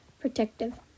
Protective